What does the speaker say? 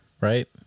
right